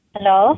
Hello